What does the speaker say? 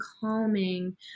calming